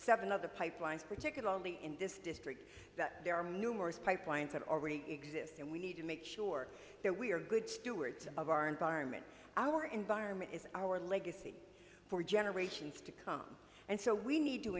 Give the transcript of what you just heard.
seven other pipelines particularly in this district that there are numerous pipelines that already exist and we need to make sure that we are good stewards of our environment our environment is our legacy for generations to come and so we need to